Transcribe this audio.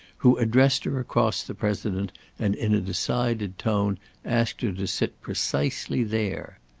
who addressed her across the president and in a decided tone asked her to sit precisely there.